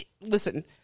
listen